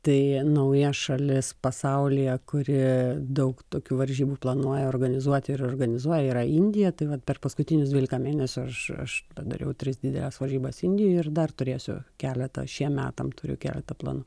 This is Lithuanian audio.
tai nauja šalis pasaulyje kuri daug tokių varžybų planuoja organizuoti ir organizuoja yra indija tai va per paskutinius dvyliką mėnesių aš aš padariau tris dideles varžybas indijoj ir dar turėsiu keletą šiem metam turiu keletą planų